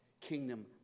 kingdom